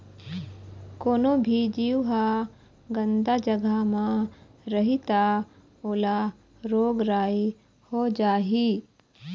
कोनो भी जीव ह गंदा जघा म रही त ओला रोग राई हो जाही